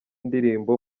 ndirimbo